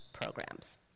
programs